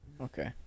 Okay